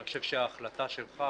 אני חושב שההחלטה שלך